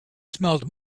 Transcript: smelled